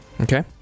Okay